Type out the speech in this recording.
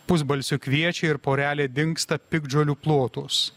pusbalsiu kviečia ir porelė dingsta piktžolių plotuos